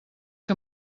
que